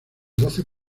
doce